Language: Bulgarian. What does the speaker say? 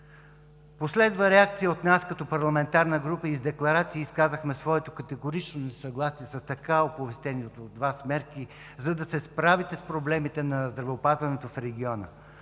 Последва реакция от нас, като парламентарна група, и с декларации изказахме своето категорично несъгласие с така оповестените от Вас мерки, за да се справите с проблемите на здравеопазването в региона.